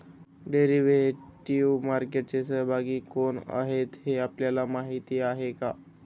Derivative मार्केटचे सहभागी कोण आहेत हे आपल्याला माहित आहे का?